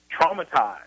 traumatized